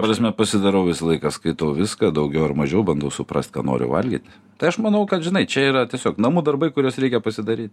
ta prasme pasidarau visą laiką skaitau viską daugiau ar mažiau bandau suprast ką noriu valgyt tai aš manau kad žinai čia yra tiesiog namų darbai kuriuos reikia pasidaryt